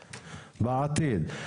בעתיד.